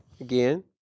again